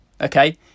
Okay